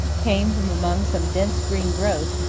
came from among some dense green growth,